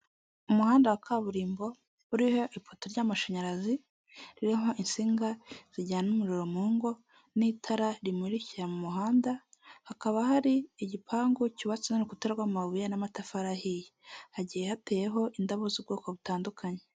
Umuhanda wa kaburimbo uriho ipoto ry'amashanyarazi ririho insinga zijyana umuriro mu ngo n'itara rimurikira mu muhanda. Hakaba hari igipangu cyubatse n'urukuta rw'amabuye n'amatafari ahiye. Hagiye hateyeho indabo z'ubwoko butandukanye.